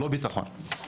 לא ביטחון.